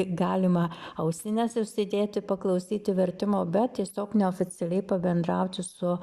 galima ausines užsidėti paklausyti vertimo bet tiesiog neoficialiai pabendrauti su